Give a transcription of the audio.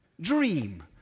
dream